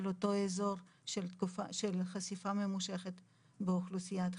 אותו אזור עם חשיפה ממושכת באוכלוסיית חיפה.